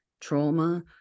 trauma